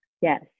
yes